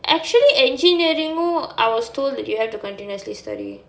actually engineering oh I was told that you have to continuously study